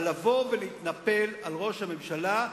אבל לבוא ולהתנפל על ראש הממשלה,